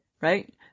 Right